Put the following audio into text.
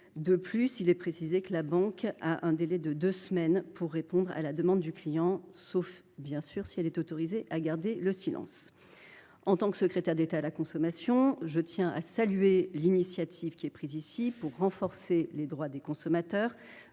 De plus, il est désormais précisé que la banque dispose d’un délai de deux semaines pour répondre à la demande du client, sauf, bien sûr, si elle est autorisée à garder le silence. En tant que secrétaire d’État chargée de la consommation, je tiens à saluer l’initiative prise ici pour renforcer les droits des consommateurs